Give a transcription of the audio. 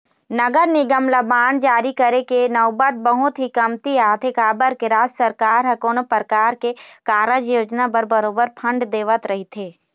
नगर निगम ल बांड जारी करे के नउबत बहुत ही कमती आथे काबर के राज सरकार ह कोनो परकार के कारज योजना बर बरोबर फंड देवत रहिथे